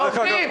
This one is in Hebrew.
לעובדים,